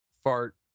Fart